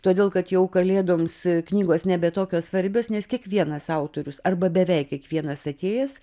todėl kad jau kalėdoms knygos nebe tokios svarbios nes kiekvienas autorius arba beveik kiekvienas atėjęs